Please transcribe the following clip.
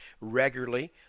regularly